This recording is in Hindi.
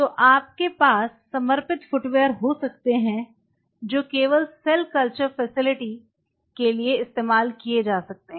तो आपके पास समर्पित फुटवियर हो सकते हैं जो keval सेल कल्चर फैसिलिटी के लिए इस्तेमाल किए जा सकते हैं